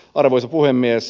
arvoisa puhemies